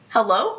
Hello